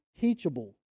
teachable